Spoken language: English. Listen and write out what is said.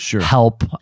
help